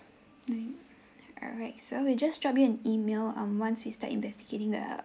nine alright so we'll just drop you an email um once we start investigating the